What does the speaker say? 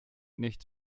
nicht